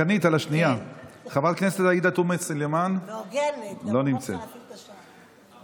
חברת הכנסת עאידה תומא סלימאן, אינה נוכחת.